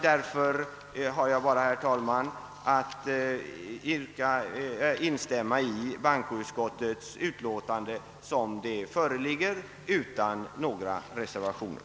Därför kan jag, herr talman, bara instämma i bankoutskottets utlåtande sådant som det föreligger, utan några reservationer.